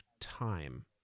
time